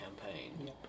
campaign